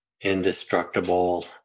indestructible